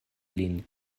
lin